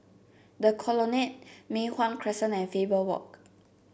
The Colonnade Mei Hwan Crescent and Faber Walk